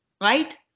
right